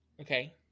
Okay